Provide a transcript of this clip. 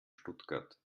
stuttgart